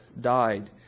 died